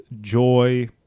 joy